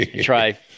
try